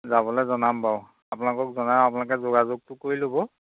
যাবলে জনাম বাাৰু আপোনালোকক জনাম আপোনালোকে যোগাযোগটো কৰি ল'ব